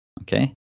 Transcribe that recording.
Okay